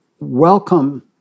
welcome